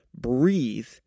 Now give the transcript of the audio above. breathe